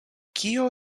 kio